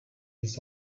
this